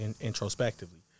introspectively